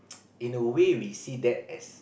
in a way we see that as